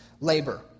labor